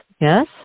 yes